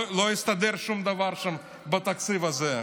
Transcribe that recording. לא הסתדר שום דבר שם בתקציב הזה.